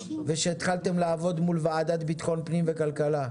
ושהתחלתם לעבוד מול הוועדה לביטחון פנים וועדת הכלכלה.